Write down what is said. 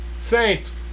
Saints